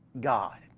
God